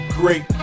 great